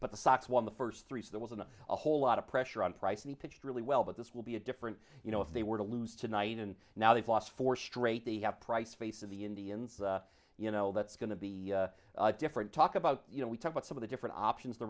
but the sox won the first three so there wasn't a whole lot of pressure on price and he pitched really well but this will be a different you know if they were to lose tonight and now they've lost four straight the price face of the indians you know that's going to be different talk about you know we talk about some of the different options the